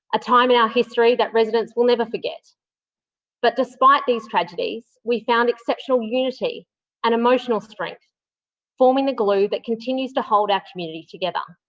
a time in our history that residents will never forget but, despite these tragedies, we found exceptional unity and emotional strength forming the glue that continues to hold our community together.